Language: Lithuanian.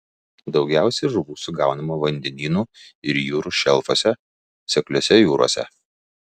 daugiausiai žuvų sugaunama vandenynų ir jūrų šelfuose sekliose jūrose